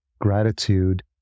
gratitude